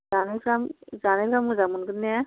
जानायफ्रा जानायफोरा मोजां मोनगोन ने